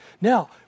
Now